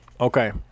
Okay